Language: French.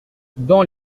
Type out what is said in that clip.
dans